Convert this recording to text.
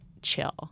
Chill